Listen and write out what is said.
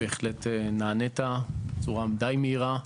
בהחלט נענית בצורה די מהירה.